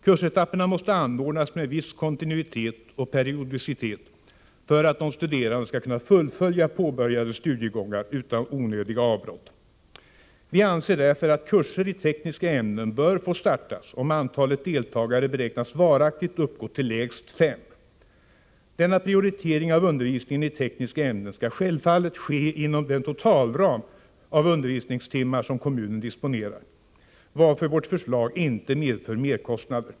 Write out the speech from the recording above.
Kursetapperna måste anordnas med viss kontinuitet och periodicitet för att de studerande skall kunna fullfölja påbörjade studiegångar utan onödiga avbrott. Vi anser därför att kurser i tekniska ämnen bör få startas om antalet deltagare beräknas varaktigt uppgå till lägst fem. Denna prioritering av undervisning i tekniska ämnen skall självfallet ske inom den totalram av undervisningstimmar som kommunen disponerar, varför vårt förslag inte medför merkostnader.